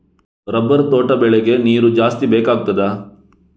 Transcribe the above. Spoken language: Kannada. ರಬ್ಬರ್ ತೋಟ ಬೆಳೆಗೆ ನೀರು ಜಾಸ್ತಿ ಬೇಕಾಗುತ್ತದಾ?